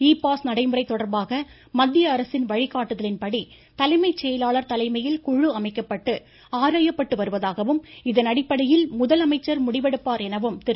இ pass நடைமுறை தொடர்பாக மத்திய அரசின் வழிகாட்டுதலின் படி தலைமை செயலாளர் தலைமையில் குழு அமைக்கப்பட்டு ஆராயப்பட்டு வருவதாகவும் இதன் அடிப்படையில் முதல் அமைச்சர் முடிவெடுப்பார் எனவும் திரு